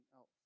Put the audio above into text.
else